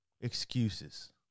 excuses